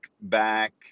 back